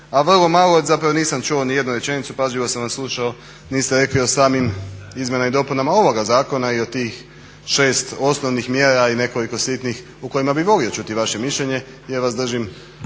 a vrlo malo, zapravo nisam čuo nijednu rečenicu, pažljivo sam vas slušao, niste rekli o samim izmjenama i dopunama ovog zakona i o tih 6 osnovnih mjera i nekoliko sitnih u kojima bih volio čuti vaše mišljenje jer vas držim